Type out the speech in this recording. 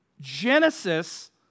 genesis